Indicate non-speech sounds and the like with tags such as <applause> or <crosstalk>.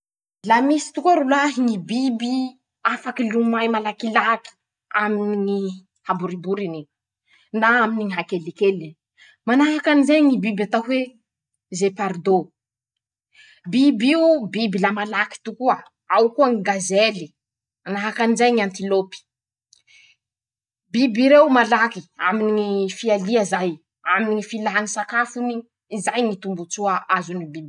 La misy tokoa rolahy ñy biby afaky lomay malakilaky aminy ñy haboriboriny na aminy ñy hakelikeliny: -Manahaky anizay ñy biby atao hoe " zepardo", <shushes> biby io biby la malaky tokoa. -Ao koa ñy "gazely". manahaky anizay ñy antilôpy; <shushes> biby reo malaky aminy ñy fialia zay. aminy ñy filany sakafony. zay ñy tombo-tsoa azony biby reo.